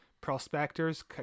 Prospectors